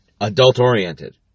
adult-oriented